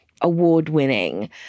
award-winning